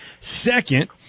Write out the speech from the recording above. second